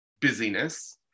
busyness